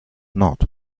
not